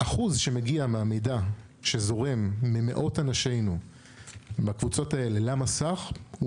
האחוז שמגיע מהמידע שזורם ממאות אנשינו מהקבוצות האלה למסך הוא